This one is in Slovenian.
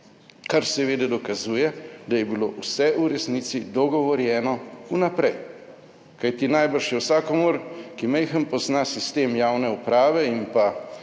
Kar seveda dokazuje, da je bilo vse v resnici dogovorjeno vnaprej, kajti najbrž je vsakomur, ki majhno pozna sistem javne uprave in pa